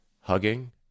hugging